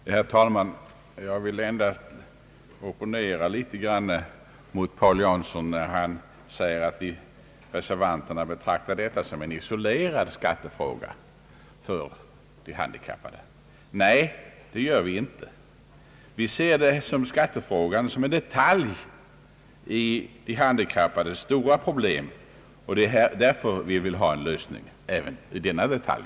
Herr talman! Jag vill endast opponera mig litet grand mot herr Paul Janssons uttalande att reservanterna betraktar detta som en isolerad skattefråga för de handikappade. Det gör vi inte. Vi ser skattefrågan som en detalj i de handikappades stora problem. Vi vill alltså få till stånd en lösning även när det gäller denna detalj.